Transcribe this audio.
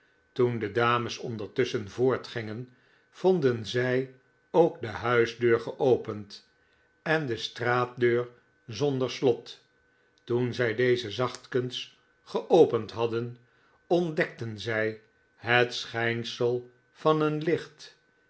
toen de dames ondertusschen voortgingen vonden zij ook de huisdeur geopend en de straatdeur zonder slot toen zij deze zachtkens geopend hadden ontdekten zij het schijnsel van een licht